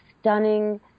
stunning